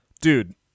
dude